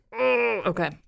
Okay